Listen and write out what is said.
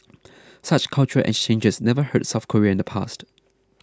such cultural exchanges never hurt South Korea in the past